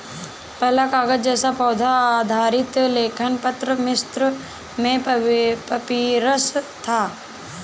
पहला कागज़ जैसा पौधा आधारित लेखन पत्र मिस्र में पपीरस था